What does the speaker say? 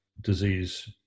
disease